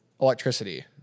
electricity